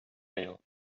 sale